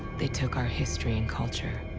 they took our history and culture.